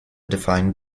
defined